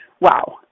Wow